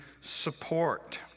support